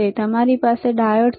કેવી રીતે અમારી પાસે ડાયોડ છે